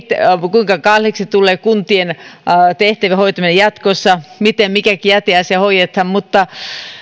kuinka kalliiksi tulee kuntien tehtävien hoitaminen jatkossa miten mikäkin jäteasia hoidetaan